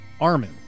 Armin